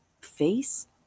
face